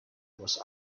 was